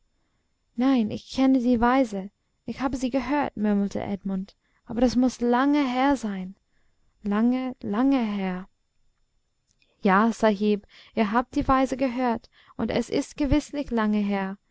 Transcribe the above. nein ich kenne die weise ich habe sie gehört murmelte edmund aber das muß lange her sein lange lange her ja sahib ihr habt die weise gehört und es ist gewißlich lange her